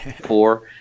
four